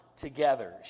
together